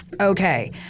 Okay